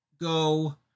go